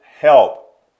help